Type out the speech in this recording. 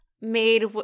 made